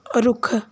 ਰੁੱਖ